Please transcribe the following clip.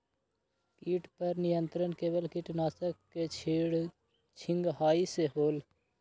किट पर नियंत्रण केवल किटनाशक के छिंगहाई से होल?